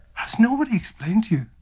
has nobody explained to